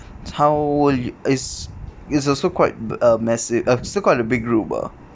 how will you it's it is also quite uh massive uh it's still quite a big group ah